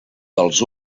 dels